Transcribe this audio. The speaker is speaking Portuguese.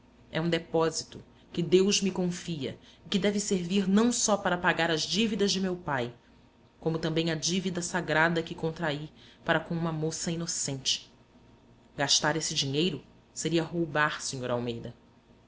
é um depósito que deus me confia e que deve servir não só para pagar as dívidas de meu pai como também a dívida sagrada que contraí para com uma moça inocente gastar esse dinheiro seria roubar sr almeida